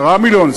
10 מיליון,